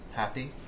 happy？